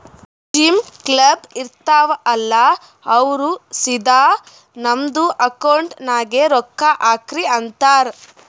gym, club, ಇರ್ತಾವ್ ಅಲ್ಲಾ ಅವ್ರ ಸಿದಾ ನಮ್ದು ಅಕೌಂಟ್ ನಾಗೆ ರೊಕ್ಕಾ ಹಾಕ್ರಿ ಅಂತಾರ್